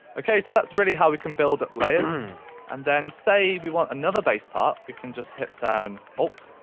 okay so that's really how we can build up layers and then say if we want another bass part you can just hit down alt,